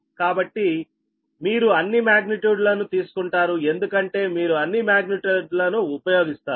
కాబట్టి మీరు అన్ని మాగ్నిట్యూడ్లను తీసుకుంటారు ఎందుకంటే మీరు అన్ని మాగ్నిట్యూడ్లను ఉపయోగిస్తారు